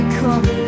come